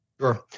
Sure